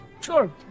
Sure